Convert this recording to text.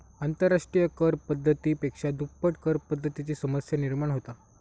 आंतरराष्ट्रिय कर पद्धती पेक्षा दुप्पट करपद्धतीची समस्या निर्माण होता